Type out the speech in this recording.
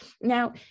Now